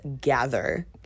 gather